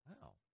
Wow